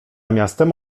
miastem